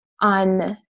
on